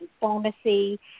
pharmacy